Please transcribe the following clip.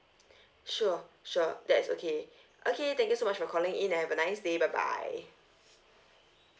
sure sure that's okay okay thank you so much for calling in you have a nice day bye bye